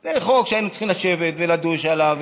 זה חוק שהיינו צריכים לשבת ולדוש עליו,